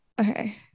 okay